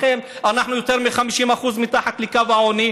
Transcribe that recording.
לכן אנחנו יותר מ-50% מתחת לקו העוני.